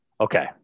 Okay